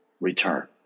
return